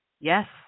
Yes